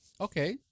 Okay